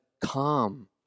calm